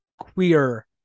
queer